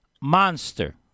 Monster